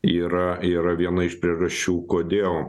yra yra viena iš priežasčių kodėl